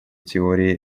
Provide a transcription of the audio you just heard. теории